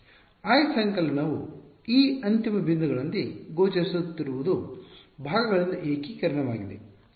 I ಸಂಕಲನವು ಈ ಅಂತಿಮ ಬಿಂದುಗಳಂತೆ ಗೋಚರಿಸುತ್ತಿರುವುದು ಭಾಗಗಳಿಂದ ಏಕೀಕರಣವಾಗಿದೆ